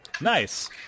Nice